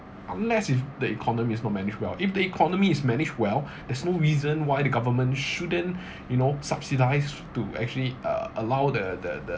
unless if the economy is not managed well if the economy is managed well there's no reason why the government shouldn't you know subsidise to actually uh allow the the the